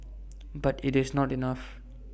but IT is not enough